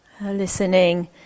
Listening